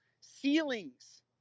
ceilings